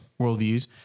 worldviews